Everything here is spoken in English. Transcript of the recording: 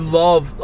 love